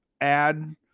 add